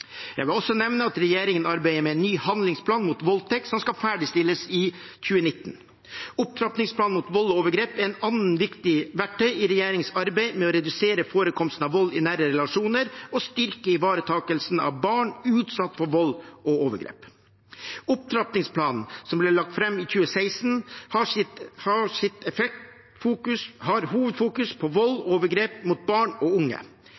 Jeg vil også nevne at regjeringen arbeider med en ny handlingsplan mot voldtekt som skal ferdigstilles i 2019. Opptrappingsplanen mot vold og overgrep er et annet viktig verktøy i regjeringens arbeid med å redusere forekomsten av vold i nære relasjoner og styrke ivaretakelsen av barn utsatt for vold og overgrep. Opptrappingsplanen, som ble lagt fram i 2016, fokuserer hovedsakelig på vold og overgrep mot barn og unge. Planen løper ut i 2021 og